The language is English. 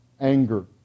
anger